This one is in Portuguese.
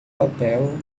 papel